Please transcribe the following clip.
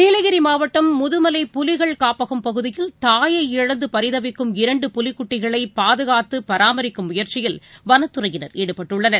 நீலகிரிமாவட்டம் முதுமலை புலிகள் காப்பகம் பகுதியில் தாயை இழந்துபரிதவிக்கும் இரண்டு புலிக்குட்டிகளைபாதுகாத்து பராமரிக்கும் முயற்சியில் வனத்துறையினர் ஈடுபட்டுள்ளனர்